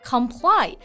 Comply